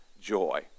Joy